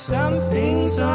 Something's